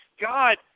God